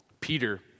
Peter